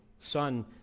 son